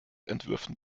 entwürfen